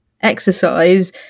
exercise